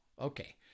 Okay